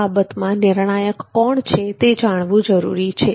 આ બાબતમાં નિર્ણયક કોણ છે તે જાણવું જરૂરી છે